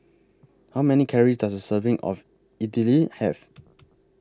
How Many Calories Does A Serving of Idili Have